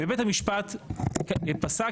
בית המשפט פסק,